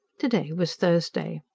to-day was thursday.